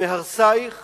מהרסייך